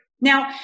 Now